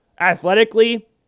athletically